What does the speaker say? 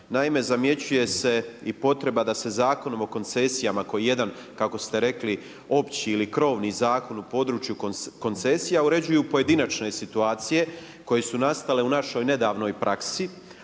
Naime, zamjećuje se i potreba da se Zakonom o koncesijama koji je jedan kako ste rekli opći ili krovni zakon u području koncesija uređuju pojedinačne situacije koje su nastale u našoj nedavnoj praksi,